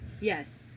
Yes